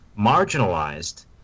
marginalized